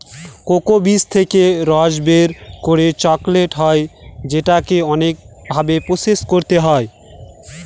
cocoa বীজ থেকে রস বের করে চকলেট হয় যেটাকে অনেক ভাবে প্রসেস করতে হয়